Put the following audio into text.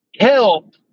help